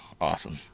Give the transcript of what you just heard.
Awesome